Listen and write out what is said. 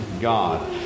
God